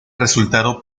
resultado